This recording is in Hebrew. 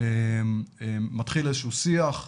מתחיל איזה שהוא שיח,